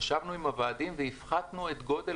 אנחנו ישבנו עם הוועדים והפחתנו את גודל